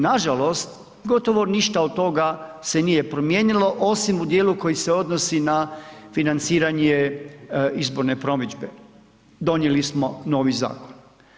Nažalost, gotovo ništa od toga se nije promijenilo osim u dijelu koji se odnosi na financiranje izborne promidžbe, donijeli smo novi zakon.